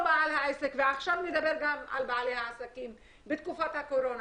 עכשיו נדבר גם על בעלי העסקים בתקופת הקורונה,